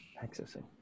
Accessing